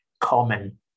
common